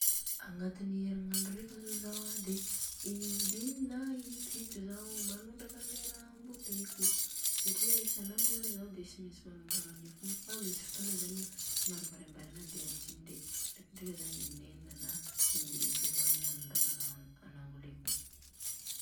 Agnatina erignandro reka zô Zao an de indimy na impito zao manondraka any le raha namboleko. Satria isanandro zany zaho de tsy mentsy manondraka anio fotoana zany an somary variambarina de adigno de ndreka zany in-enina na in-dimy akeo zaho manondraka ra namboleko.